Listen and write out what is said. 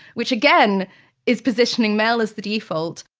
which again is positioning male as the default.